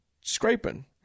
Scraping